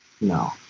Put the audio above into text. No